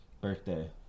birthday